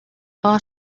far